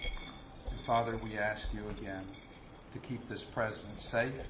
and father, we ask you again to keep this president safe